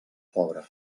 pobre